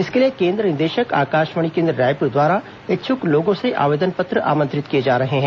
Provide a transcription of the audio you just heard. इसके लिए केन्द्र निदेशक आकाशवाणी केन्द्र रायपुर द्वारा इच्छुक लोंगों से आवेदन पत्र आमंत्रित किए जा रहे हैं